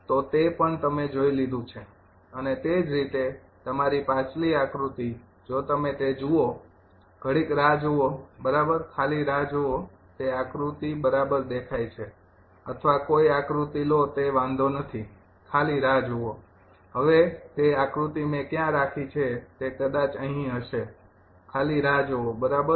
તો તે પણ તમે જોઇ લીધું છે અને તે જ રીતે તમારી પાછલી આકૃતિ જો તમે તે જુઓ ઘડીક રાહ જોવો બરાબર ખાલી રાહ જોવો તે આકૃતિ બરાબર દેખાય છે અથવા કોઈ આકૃતિ લો તે વાંધો નથી ખાલી રાહ જોવો હવે તે આકૃતિ મેં ક્યાં રાખી છે તે કદાચ અહીં હશે ખાલી રાહ જોવો બરાબર